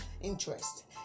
interest